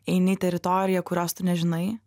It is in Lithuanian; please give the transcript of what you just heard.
eini į teritoriją kurios tu nežinai